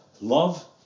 Love